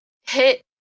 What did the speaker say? hit